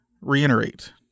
reiterate